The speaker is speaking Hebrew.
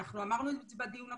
אנחנו אמרנו את זה בדיון הקודם,